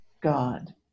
God